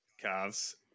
calves